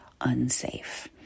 unsafe